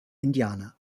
indianer